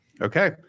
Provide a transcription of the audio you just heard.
Okay